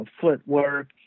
footwork